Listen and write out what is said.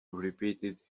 repeated